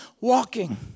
walking